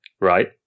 Right